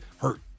hurt